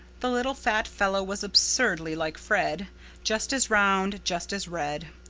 the little fat fellow was absurdly like fred just as round, just as red.